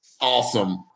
Awesome